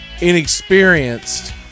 inexperienced